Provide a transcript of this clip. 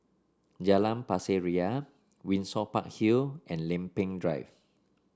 Jalan Pasir Ria Windsor Park Hill and Lempeng Drive